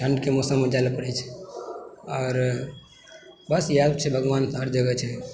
ठण्ढके मौसममे जाइ लअ पड़ै छै आओर बस इएह छै भगवान हर जगह छै